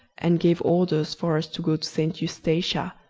and gave orders for us to go to st. eustatia,